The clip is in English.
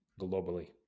globally